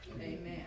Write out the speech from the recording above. Amen